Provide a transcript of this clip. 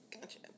Gotcha